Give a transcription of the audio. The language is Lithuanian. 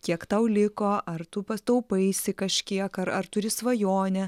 kiek tau liko ar tu pa taupaisi kažkiek ar ar turi svajonę